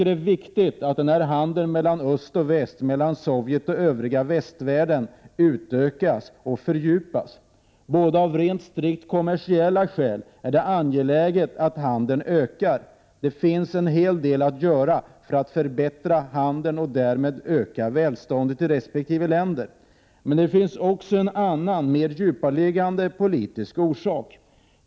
Det är viktigt att handeln mellan öst och väst, mellan Sovjet och övriga västvärlden, utökas och fördjupas. Av strikt kommersiella skäl är det angeläget att handeln ökar, och det finns en hel del att göra för att förbättra handeln och därmed öka välståndet i resp. länder. Men det finns också ett annat, mer djupliggande politiskt skäl.